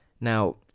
Now